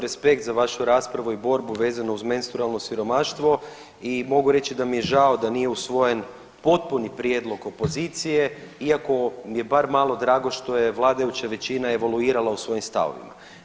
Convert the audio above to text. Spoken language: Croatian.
Respekt za vašu raspravu i borbu vezano uz menstrualno siromaštvo i mogu reći da mi je žao da nije usvojen potpuni prijedlog opozicije iako mi je bar malo drago što je vladajuća većina evoluirala u svojim stavovima.